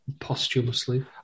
posthumously